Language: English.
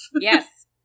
yes